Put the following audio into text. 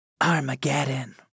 Armageddon